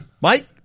Mike